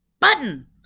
button